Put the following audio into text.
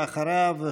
ואחריו,